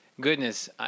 goodness